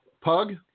pug